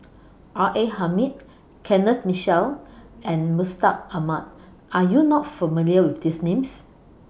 R A Hamid Kenneth Mitchell and Mustaq Ahmad Are YOU not familiar with These Names